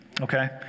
Okay